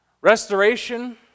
Restoration